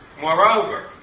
Moreover